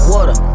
Water